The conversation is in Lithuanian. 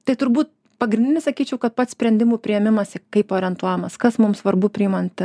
tai turbūt pagrindinis sakyčiau kad pats sprendimų priėmimas kaip orientuojamas kas mums svarbu priimant